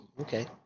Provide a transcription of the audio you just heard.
okay